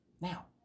Now